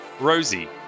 Rosie